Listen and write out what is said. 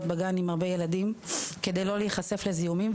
בגן עם הרבה ילדים כדי לא להיחשף לזיהומים,